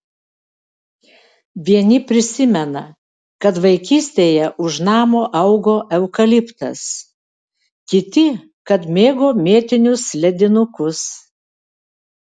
vieni prisimena kad vaikystėje už namo augo eukaliptas kiti kad mėgo mėtinius ledinukus